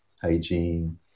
hygiene